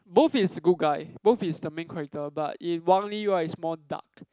both is good guy both is the main character but in Wang-Lee right he's more dark